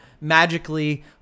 magically